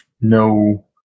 no